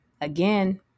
again